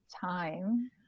time